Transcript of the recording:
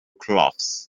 cloths